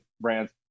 brands